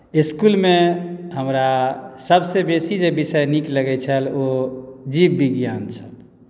इस्कुलमे हमरा सभसँ बेसी जे विषय नीक लगैत छल ओ जीवविज्ञान छल